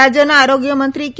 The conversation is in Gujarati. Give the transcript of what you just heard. રાજ્યના આરોગ્યમંત્રી કે